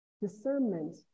discernment